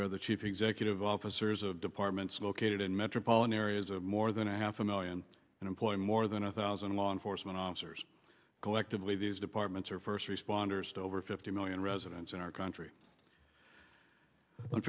they're the chief executive officers of departments located in metropolitan areas of more than half a million and employ more than a thousand law enforcement officers collectively these departments are first responders to over fifty million residents in our country